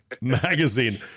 Magazine